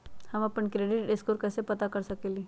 हम अपन credit score कैसे पता कर सकेली?